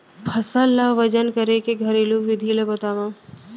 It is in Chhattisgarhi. फसल ला वजन करे के घरेलू विधि ला बतावव?